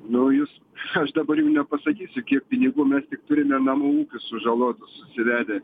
naujus aš dabar jau nepasakysiu kiek pinigų mes tik turime namų ūkių sužalotų susivedę